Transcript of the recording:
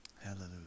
Hallelujah